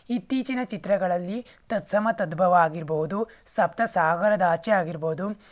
ಇತ್ತೀಚಿನ ಚಿತ್ರಗಳಲ್ಲಿ ತತ್ಸಮ ತದ್ಬವ ಆಗಿರಬಹುದು ಸಪ್ತ ಸಾಗರದಾಚೆ ಆಗಿರಬಹುದು